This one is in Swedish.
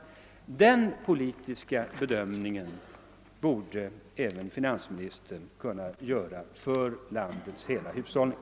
Den politiska bedömningen borde även finansministern kunna göra med tanke på landets hela hushållning.